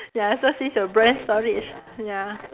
ya so see your brain storage ya